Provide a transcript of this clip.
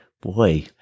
boy